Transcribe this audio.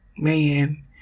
Man